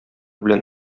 белән